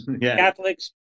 Catholics